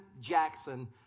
Jackson